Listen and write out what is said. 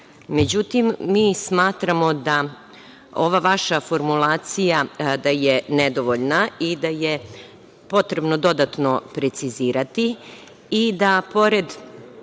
uređeno.Međutim, mi smatramo da ova vaša formulacija, da je nedovoljna i da je potrebno dodatno precizirati i da pored